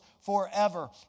forever